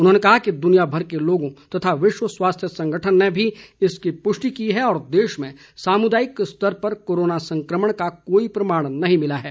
उन्होंने कहा कि दुनियामर के लोगों तथा विश्व स्वास्थ्य संगठन ने भी इसकी पुष्टि की है और देश में सामुदायिक स्तर पर कोरोना संक्रमण का कोई प्रमाण नहीं मिला है